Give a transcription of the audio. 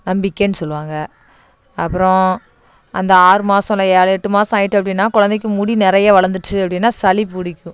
நம்பிக்கைனு சொல்லுவாங்க அப்புறம் அந்த ஆறு மாதம் இல்லை ஏழு எட்டு மாதம் ஆகிட்டு அப்படின்னா குழந்தைக்கி முடி நிறைய வளர்ந்திருச்சு அப்படின்னா சளி பிடிக்கும்